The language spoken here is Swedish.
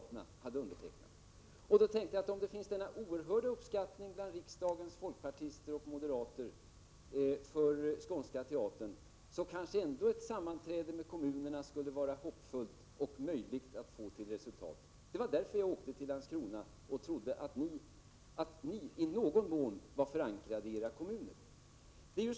Med denna oerhörda uppskattning av Skånska Teatern bland riksdagens folkpartister och moderater som bakgrund tänkte jag att ett sammanträde med kommunerna kanske skulle bli hoppfullt och ge resultat. Därför åkte jag till Landskrona, i tron att ni i någon mån var förankrade i era kommuner.